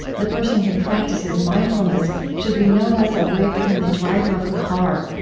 the person who practices mindfulness should be no less awake than the driver of a car.